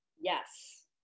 Yes